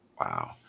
wow